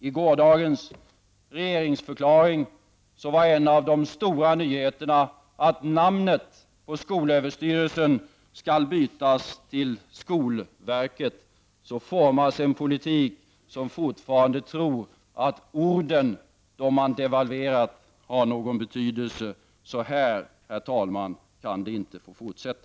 I gårdagens regeringsförklaring var en av de stora nyheterna att namnet på skolöverstyrelsen skall bytas till ''skolverket''. Så formas en politik som fortfarande tror att orden -- de ord man har devalverat -- har någon betydelse. Så här, herr talman, kan det inte få fortsätta.